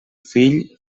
fill